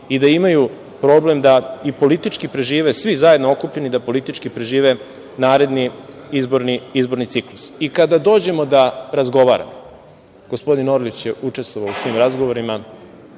i da imaju problem da i politički prežive svi zajedno okupljeni, da politički prežive naredni izborni ciklus. Kada dođemo da razgovaramo, gospodin Orlić je učestvovao u svim razgovorima,